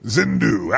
Zindu